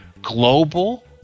Global